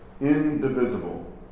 indivisible